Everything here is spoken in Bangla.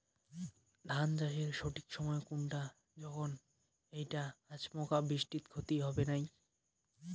ধান চাষের সঠিক সময় কুনটা যখন এইটা আচমকা বৃষ্টিত ক্ষতি হবে নাই?